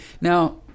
Now